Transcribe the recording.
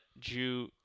Jew